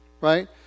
right